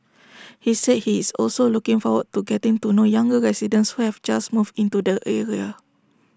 he said he is also looking forward to getting to know younger residents who have just moved into the area